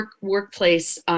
workplace